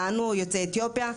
לנו יוצאי אתיופיה,